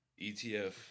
ETF